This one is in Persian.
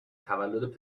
تولد